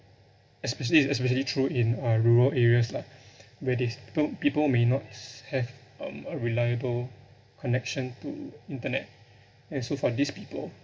especially it's especially true in uh rural areas lah where they peo~ people may not have um a reliable connection to internet and so for these people